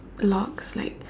locks like